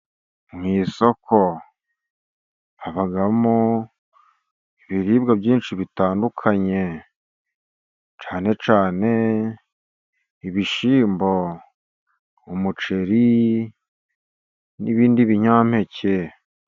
Mu isoko habamo ibiribwa byinshi bitandukanye, cyane cyane ibishyimbo, umuceri n'ibindi binyampeke.